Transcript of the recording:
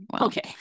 Okay